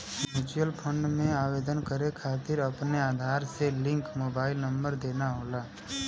mutual fund में आवेदन करे खातिर अपने आधार से लिंक मोबाइल नंबर देना होला